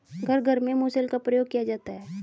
घर घर में मुसल का प्रयोग किया जाता है